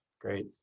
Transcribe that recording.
great